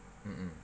mm mm